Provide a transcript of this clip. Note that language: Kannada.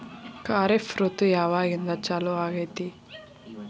ಖಾರಿಫ್ ಋತು ಯಾವಾಗಿಂದ ಚಾಲು ಆಗ್ತೈತಿ?